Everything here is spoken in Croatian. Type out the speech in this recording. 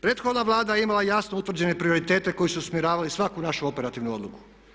Prethodna Vlada je imala jasno utvrđene prioritete koji su usmjeravali svaku našu operativnu odluku.